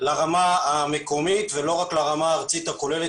לרמה המקומית ולא רק לרמה הארצית הכוללת